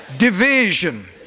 Division